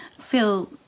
feel